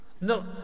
No